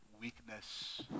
weakness